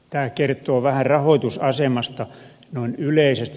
tämä kertoo vähän rahoitusasemasta noin yleisesti